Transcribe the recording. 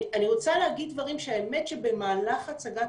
אני רוצה להגיד דברים שהאמת שבמהלך הצגת